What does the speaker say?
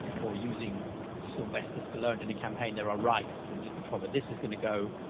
or using sylvester stallone in a campaign. there are rights and in control, but this is going to go,